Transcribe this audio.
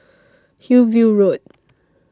Hillview Road